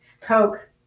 Coke